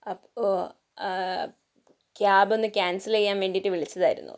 അപ്പോൾ ക്യാബ് ഒന്ന് ക്യാൻസൽ ചെയ്യാൻ വേണ്ടിയിട്ട് വിളിച്ചതായിരുന്നു